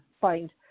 find